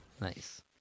nice